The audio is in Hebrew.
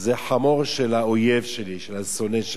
זה חמור של האויב שלי, של השונא שלי,